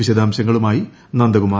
വിശദാംശങ്ങളുമായി നന്ദകുമാർ